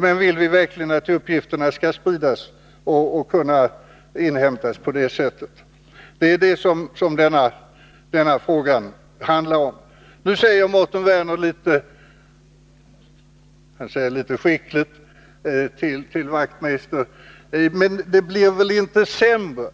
Men vill vi verkligen att uppgifterna skall kunna inhämtas på detta sätt? Det är det som denna fråga handlar om. Mårten Werner frågar skickligt Knut Wachtmeister: Det blir väl inte sämre